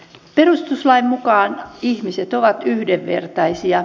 perustuslain mukaan ihmiset ovat yhdenvertaisia